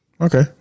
Okay